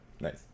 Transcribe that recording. Nice